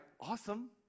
awesome